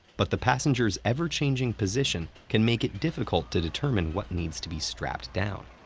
but the passenger's ever-changing position can make it difficult to determine what needs to be strapped down.